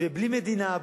ובלי מדינה,